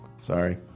Sorry